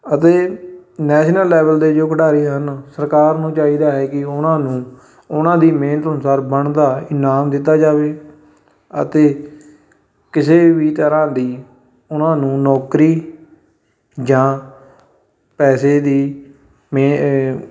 ਅਤੇ national level ਦੇ ਜੋ ਖਿਡਾਰੀ ਹਨ ਸਰਕਾਰ ਨੂੰ ਚਾਹੀਦਾ ਹੈ ਕਿ ਉਹਨਾਂ ਨੂੰ ਉਹਨਾਂ ਦੀ ਮਿਹਨਤ ਅਨੁਸਾਰ ਬਣਦਾ ਇਨਾਮ ਦਿੱਤਾ ਜਾਵੇ ਅਤੇ ਕਿਸੇ ਵੀ ਤਰ੍ਹਾਂ ਦੀ ਉਹਨਾਂ ਨੂੰ ਨੌਕਰੀ ਜਾਂ ਪੈਸੇ ਦੀ ਮੇ